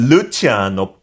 Luciano